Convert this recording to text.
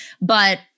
But-